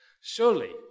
Surely